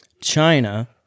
China